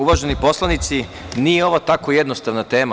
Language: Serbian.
Uvaženi poslanici, nije ovo tako jednostavna tema.